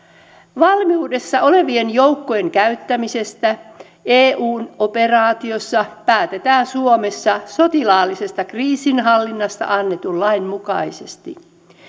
valmiudessa olevien joukkojen käyttämisestä eun operaatiossa päätetään suomessa sotilaallisesta kriisinhallinnasta annetun lain mukaisesti